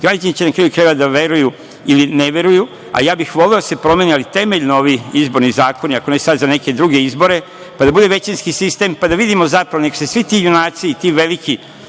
Građani će, na kraju krajeva, da veruju ili ne veruju. Ja bih voleo da se temeljno promene ovi izborni zakoni, ako ne sad, za neke druge izbore, pa da bude većinski sistem, pa da vidimo, zapravo, nek se svi ti junaci i ti veliki